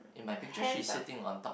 her hands are f~